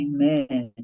Amen